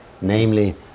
namely